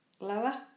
Lower